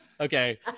Okay